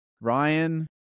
Ryan